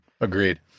Agreed